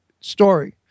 story